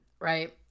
Right